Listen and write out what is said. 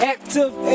Active